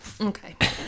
Okay